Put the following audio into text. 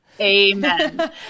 Amen